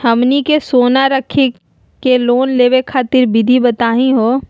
हमनी के सोना रखी के लोन लेवे खातीर विधि बताही हो?